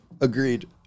Agreed